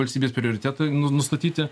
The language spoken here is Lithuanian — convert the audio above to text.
valstybės prioritetai nustatyti